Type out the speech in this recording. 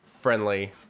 friendly